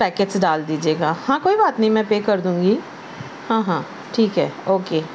packets ڈال دیجیے گا ہاں کوئی بات نہیں میں پے کر دوں گی ہاں ہاں ٹھیک ہے او کے